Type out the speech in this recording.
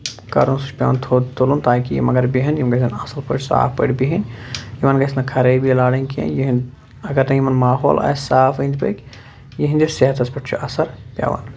کرُن سُہ چھُ پیٚوان تھوٚد تُلُن تاکہِ یِم اگر بیہن یِم گژھٮ۪ن اصل پٲٹھۍ صاف پٲٹھۍ بِہنۍ یِمن گژھنہٕ خرٲبی لارٕنۍ کینٛہہ یِہِنٛدۍ اگر نہٕ یِمن ماحول آسہِ صاف أنٛدۍ پٔکۍ یِہنٛدِس صحتس پٮ۪ٹھ چھُ اثر پیٚوان